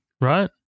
right